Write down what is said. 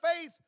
faith